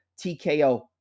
TKO